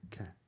Okay